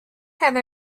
had